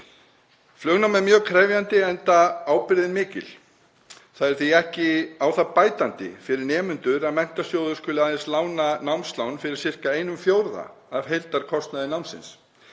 Flugnám er mjög krefjandi enda ábyrgðin mikil. Það er því ekki á það bætandi fyrir nemendur að Menntasjóður skuli aðeins veita námslán fyrir sirka einum fjórða af heildarkostnaði lánsins.